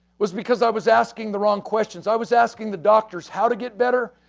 was because i was asking the wrong questions. i was asking the doctors how to get better?